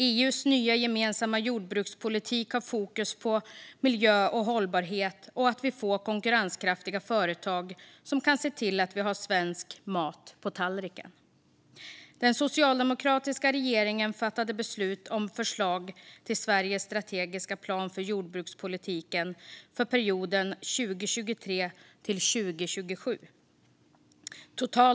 EU:s nya gemensamma jordbrukspolitik har fokus på miljö och hållbarhet och på att vi får konkurrenskraftiga företag som kan se till att vi har svensk mat på tallriken. Den socialdemokratiska regeringen fattade beslut om förslag till Sveriges strategiska plan för jordbrukspolitiken för perioden 2023-2027.